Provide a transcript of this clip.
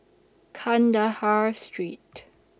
Kandahar Street